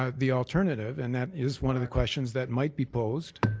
um the alternative, and that is one of the questions that might be posed